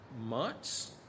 months